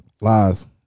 Lies